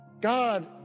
God